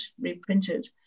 reprinted